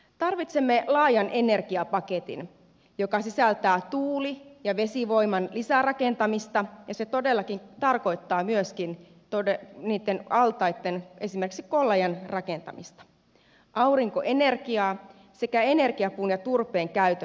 tarvitsemme laajan energiapaketin joka sisältää tuuli ja vesivoiman lisärakentamista ja se todellakin tarkoittaa myöskin altaitten esimerkiksi kollajan rakentamista aurinkoenergiaa sekä energiapuun ja turpeen käytön lisäämistä